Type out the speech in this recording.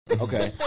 okay